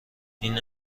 این